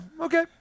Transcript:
okay